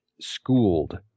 schooled